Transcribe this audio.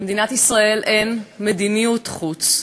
למדינת ישראל אין מדיניות חוץ,